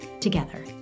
together